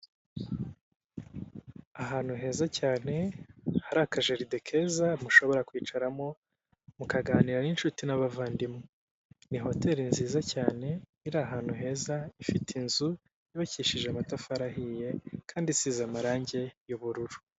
Ahantu heza cyane hari akajeride keza mushobora kwicaramo mukaganira n'inshuti n'abavandimwe, ni hoteri nziza cyane iri ahantu heza ifite inzu yubakishije amatafari ahiye, kandi isize amarange y'ubururu.